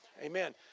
Amen